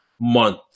month